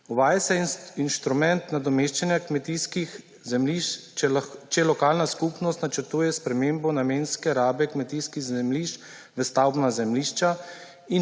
Uvaja se inštrument nadomeščanja kmetijskih zemljišč, če lokalna skupnost načrtuje spremembo namenske rabe kmetijskih zemljišč v stavbna zemljišča